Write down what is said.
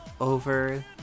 over